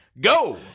Go